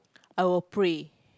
I will pray